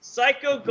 Psycho